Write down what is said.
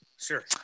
Sure